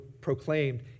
proclaimed